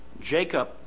Jacob